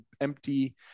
empty